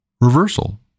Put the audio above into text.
reversal